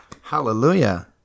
Hallelujah